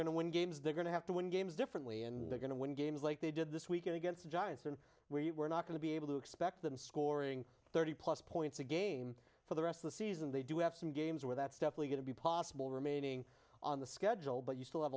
going to win games they're going to have to win games differently and they're going to win games like they did this weekend against the giants or where you we're not going to be able to expect them scoring thirty plus points a game for the rest of the season they do have some games where that stepney going to be possible remaining on the schedule but you still have